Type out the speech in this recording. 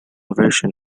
version